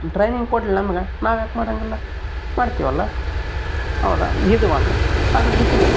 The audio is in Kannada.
ಟ್ರೈನಿಂಗ್ ಕೊಡ್ಲಿ ನಮಗೆ ನಾವ್ಯಾಕೆ ಮಾಡೋಂಗಿಲ್ಲ ಮಾಡ್ತೀವಿ ಅಲ್ಲ ಹೌದ ಇದು ಒಂದು ಅದ್ರ ಜೊತೆಗೆ